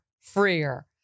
freer